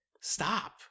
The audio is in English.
stop